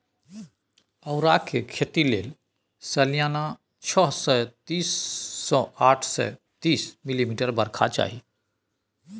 औरा केर खेती लेल सलियाना छअ सय तीस सँ आठ सय तीस मिलीमीटर बरखा चाही